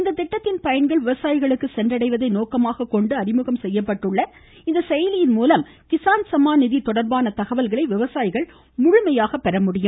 இந்த திட்டத்தின் பயன்கள் விவசாயிகளுக்கு சென்றடைவதை நோக்கமாகக்கொண்டு அறிமுகம் செய்யப்பட்டுள்ள இந்த செயலியின்மூலம் கிஸான் சம்மான் நிதி தொடர்பான தகவல்களை விவசாயிகள் பெறமுடியும்